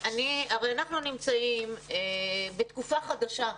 אנחנו הרי נמצאים בתקופה חדשה,